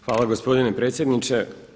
Hvala gospodine predsjedniče.